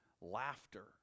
Laughter